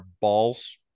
balls